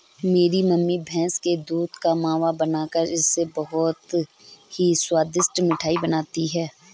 मेरी मम्मी भैंस के दूध का मावा बनाकर इससे बहुत ही स्वादिष्ट मिठाई बनाती हैं